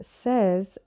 says